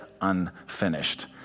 unfinished